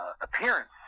appearance